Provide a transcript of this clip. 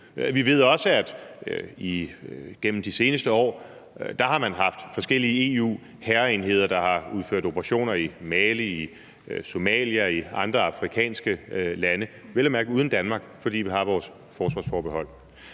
Vi ved også, at man igennem de seneste år har haft forskellige EU-hærenheder, der har udført operationer i Mali, i Somalia og i andre afrikanske lande – vel at mærke uden Danmark, fordi vi har vores forsvarsforbehold.